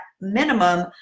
minimum